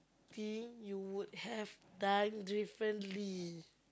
thing you would have done differently